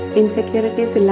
insecurities